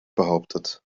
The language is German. behauptet